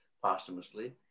Posthumously